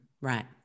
Right